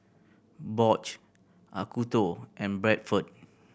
Bosch Acuto and Bradford